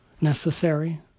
necessary